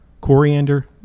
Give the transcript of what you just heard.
coriander